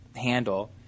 handle